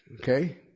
okay